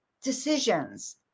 decisions